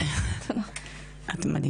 את מדהימה.